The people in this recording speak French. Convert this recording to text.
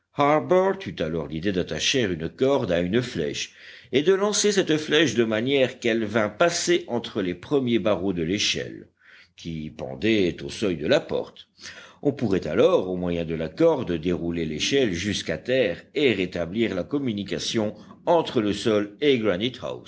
eut alors l'idée d'attacher une corde à une flèche et de lancer cette flèche de manière qu'elle vînt passer entre les premiers barreaux de l'échelle qui pendaient au seuil de la porte on pourrait alors au moyen de la corde dérouler l'échelle jusqu'à terre et rétablir la communication entre le sol et